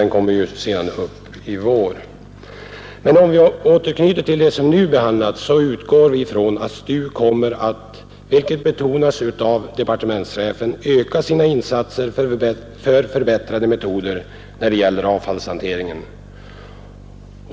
Den kommer som sagt upp senare i vår. Men om jag åter anknyter till det som nu behandlas så utgår vi ifrån att STU kommer att — vilket betonas av departementschefen — öka sina insatser för förbättrade metoder när det gäller avfallshanteringen.